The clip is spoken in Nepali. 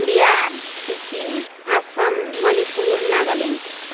बिहार सिक्किम आसाम मणिपुर नागाल्यान्ड